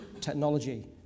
technology